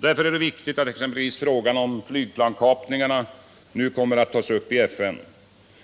Därför är det viktigt att exempelvis frågan om flygplanskapningarna nu kommer att tas upp i FN.